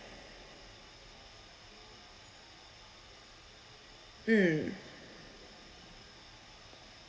mm